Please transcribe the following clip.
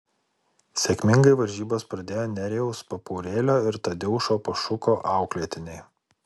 sėkmingai varžybas pradėjo nerijaus papaurėlio ir tadeušo pašuko auklėtiniai